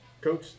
Coach